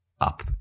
up